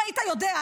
אם היית יודע,